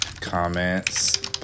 Comments